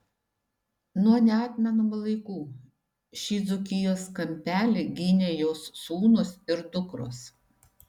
nuo neatmenamų laikų šį dzūkijos kampelį gynė jos sūnūs ir dukros